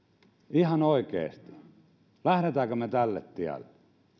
ihan oikeasti lähdemmekö me tälle tielle